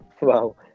Wow